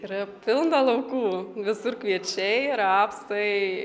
yra pilna laukų visur kviečiai rapsai